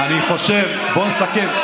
בוא נסכם.